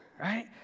right